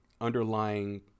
underlying